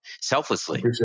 selflessly